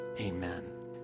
amen